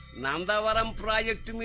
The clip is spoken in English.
nandavaram project and